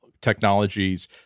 technologies